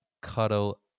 cuddle